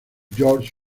george